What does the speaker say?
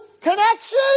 connection